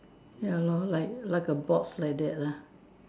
ya lor like like a boat like that lah